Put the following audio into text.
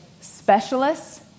specialists